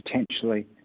potentially